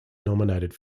nominated